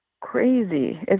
crazy